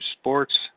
sports